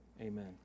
amen